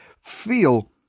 feel